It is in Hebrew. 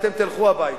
ואתם תלכו הביתה.